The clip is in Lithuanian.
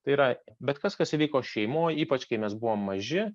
tai yra bet kas kas įvyko šeimoj ypač kai mes buvom maži